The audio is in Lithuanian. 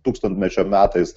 tūkstantmečio metais